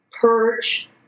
purge